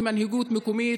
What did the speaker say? כמנהיגות מקומית,